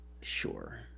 Sure